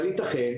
אבל ייתכן,